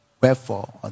Wherefore